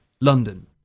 London